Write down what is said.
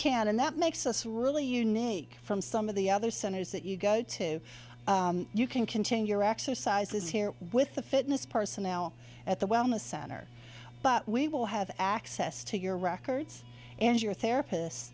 can and that makes us really unique from some of the other centers that you go to you can contain your exercises here with the fitness personnel at the wellness center but we will have access to your records and your therapist